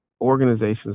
organizations